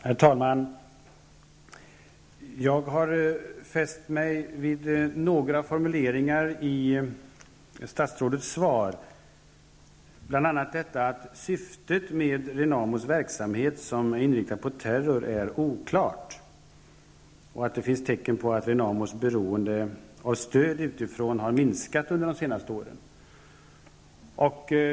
Herr talman! Jag har fäst mig vid några formuleringar i statsrådets svar, bl.a. detta att syftet med Renamos verksamhet, som är inriktad på terror, är oklart och att det finns tecken på att Renamos beroende av stöd utifrån har minskat under de senaste åren.